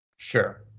sure